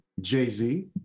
Jay-Z